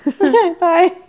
Bye